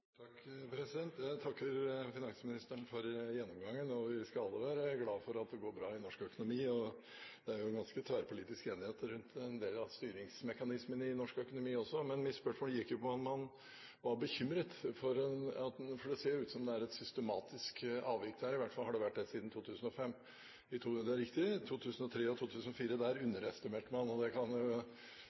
Jeg takker finansministeren for gjennomgangen. Vi skal alle være glad for at det går bra i norsk økonomi, og det er en ganske tverrpolitisk enighet rundt en del av styringsmekanismene i norsk økonomi. Men mitt spørsmål gikk på om man var bekymret – for det ser jo ut som om det er et systematisk avvik der, i hvert fall har det vært det siden 2005. Det er riktig: I 2003 og 2004 underestimerte man, og det illustrerer jo